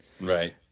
Right